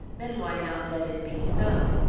then why not let it be so?